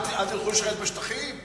אל תלכו לשרת בשטחים?